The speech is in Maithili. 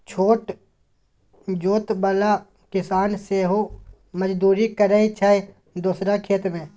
छोट जोत बला किसान सेहो मजदुरी करय छै दोसरा खेत मे